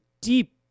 deep